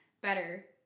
better